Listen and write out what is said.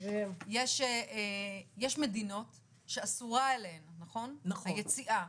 יש מדינות שאסורה אליהן היציאה,